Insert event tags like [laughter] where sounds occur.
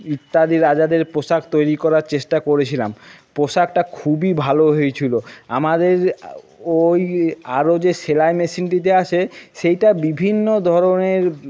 ইত্যাদি রাজাদের পোশাক তৈরি করার চেষ্টা করেছিলাম পোশাকটা খুবই ভালো হয়েছিলো আমাদের ওই আরও যে সেলাই মেশিনটি [unintelligible] আছে সেইটা বিভিন্ন ধরনের